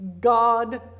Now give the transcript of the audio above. God